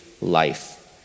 life